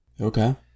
Okay